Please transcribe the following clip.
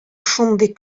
шундый